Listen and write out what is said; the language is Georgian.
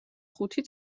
ხუთი